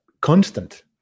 constant